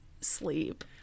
sleep